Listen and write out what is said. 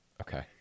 Okay